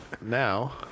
Now